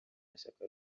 mashyaka